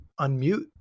unmute